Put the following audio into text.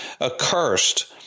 accursed